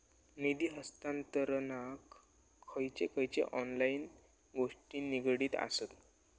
निधी हस्तांतरणाक खयचे खयचे ऑनलाइन गोष्टी निगडीत आसत?